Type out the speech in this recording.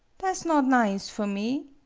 tha' s not nize for me.